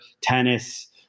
tennis